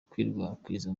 gukwirakwiza